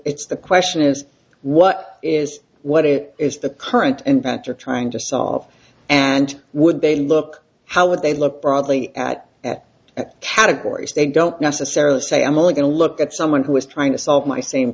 it's the question is what is what it is the current and banter trying to solve and would they look how would they look broadly at categories they don't necessarily say i'm only going to look at someone who is trying to solve my same